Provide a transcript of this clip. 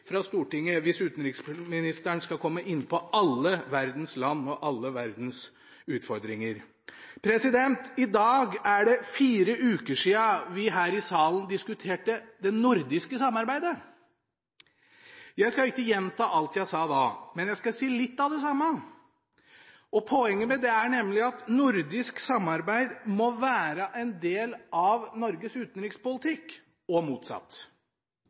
hvis utenriksministeren fra Stortingets talerstol skal komme inn på alle verdens land og alle verdens utfordringer. I dag er det fire uker siden vi her i salen diskuterte det nordiske samarbeidet. Jeg skal ikke gjenta alt jeg sa da, men jeg skal si litt av det samme. Poenget med det er nemlig at nordisk samarbeid må være en del av Norges utenrikspolitikk – og motsatt.